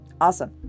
awesome